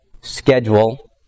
schedule